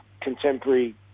contemporary